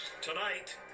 Tonight